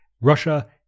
Russia